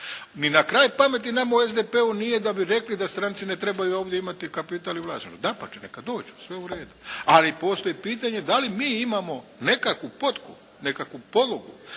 ni na kraj pameti nama u SDP-u nije da bi rekli da stranci ne trebaju ovdje imati kapital i vlasništvo. Dapače, neka dođu, sve u redu. Ali postoji pitanje da li mi imamo nekakvu potku, nekakvu polugu